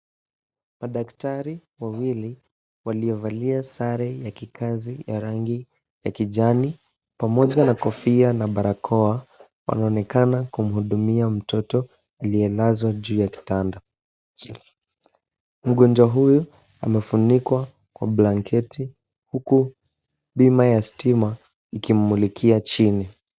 Madaktari wawili waliovalia sare ya kikazi ya rangi ya kijani pamoja na kofia na barakoa, wanaonekana kumuhudumia mtoto aliyelazwa juu ya kitanda. Mgonjwa huyu amefunikwa kwa blanketi huku bima ya stima ikimumulikia chini.